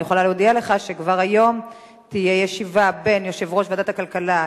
אני יכולה להודיע לך שכבר היום תהיה ישיבה עם יושב-ראש ועדת הכלכלה,